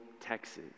Texas